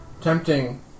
tempting